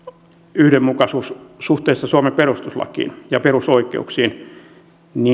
yhdenmukaisuus suhteessa suomen perustuslakiin ja perusoikeuksiin